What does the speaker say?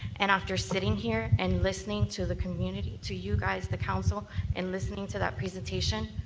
and after sitting here and listening to the community, to you guys, the council and listening to that presentation,